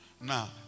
Now